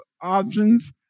options